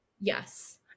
yes